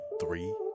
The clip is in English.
three